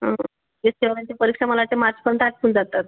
च्या परीक्षा मला वाटते मार्चपर्यंत आटपून जातात